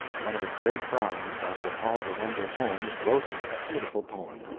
one of the great brahmins, dr. oliver wendell holmes, wrote him a beautiful poem.